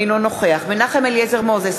אינו נוכח מנחם אליעזר מוזס,